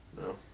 no